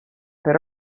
per